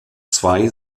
zwei